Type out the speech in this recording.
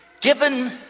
given